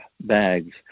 bags